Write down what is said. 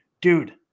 Dude